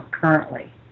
currently